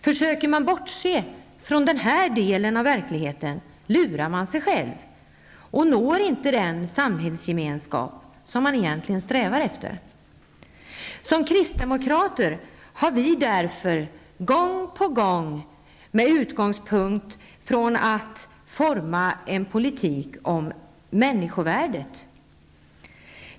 Försöker man bortse från denna del av verkligheten lurar man sig själv och når inte den samhällsgemenskap man strävar efter. Som kristdemokrater har vi därför gång på gång tagit som utgångspunkt att forma en politik som slår vakt om människovärdet.